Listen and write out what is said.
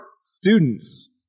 students